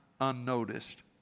unnoticed